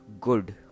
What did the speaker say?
good